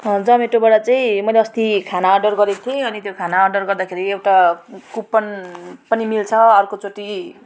जोमेटोबाट चाहिँ मैले अस्ति खाना अर्डर गरेको थिएँ अनि त्यो खाना अर्डर गर्दाखेरि एउटा कुपन पनि मिल्छ अर्कोचोटि